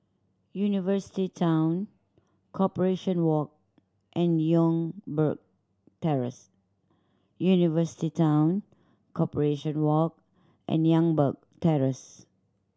University Town Corporation Walk and Youngberg Terrace University Town Corporation Walk and Youngberg Terrace